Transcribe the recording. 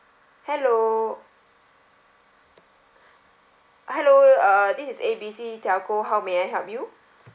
hello hello uh this is A B C telco how may I help you